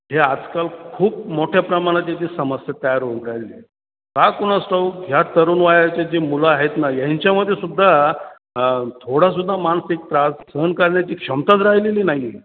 हे आजकाल खूप मोठ्या प्रमाणात येथे समस्या तयार होऊन राहिले का कुणास ठाऊक ह्या तरुण वयाचे जी मुलं आहेत ना ह्यांच्यामध्ये सुद्धा थोडा सुद्धा मानसिक त्रास सहन करण्याची क्षमताच राहिलेली नाही आहे